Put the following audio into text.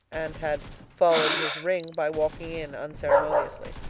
and had followed his ring by walking in unceremoniously.